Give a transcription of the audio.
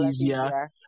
easier